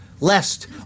Lest